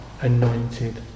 anointed